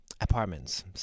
apartments